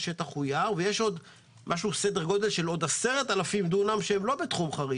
יש עוד כ-10,000 דונם שהם לא בתחום חריש.